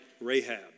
Rahab